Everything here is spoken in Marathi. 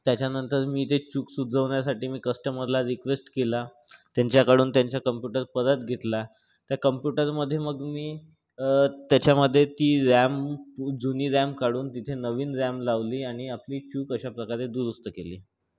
त्याच्यानंतर मी ती चूक सुधरवण्यासाठी मी कस्टमरला रिक्वेस्ट केला त्यांच्याकडून त्यांच्या कम्प्युटर परत घेतला त्या कम्प्युटरमधे मग मी त्याच्यामधे ती रॅम जुनी रॅम काढून तिथे नवीन रॅम लावली आणि आपली चूक अशा प्रकारे दुरुस्त केली